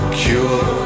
cure